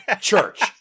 church